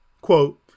Quote